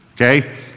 Okay